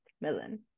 Millen